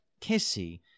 Kissy